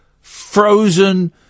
frozen